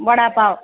vada pav